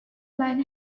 line